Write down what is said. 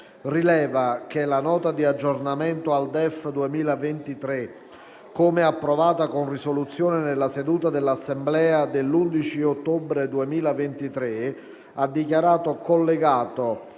rileva che la Nota di aggiornamento al DEF 2023, come approvata con risoluzione nella seduta dell'Assemblea dell'11 ottobre 2023, ha dichiarato collegato,